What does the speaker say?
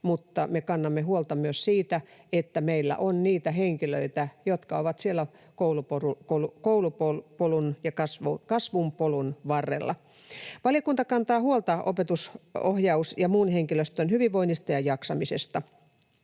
mutta me kannamme huolta myös siitä, että meillä on niitä henkilöitä jotka ovat siellä koulupolun ja kasvun polun varrella. Valiokunta kantaa huolta opetus-, ohjaus- ja muun henkilöstön hyvinvoinnista ja jaksamisesta.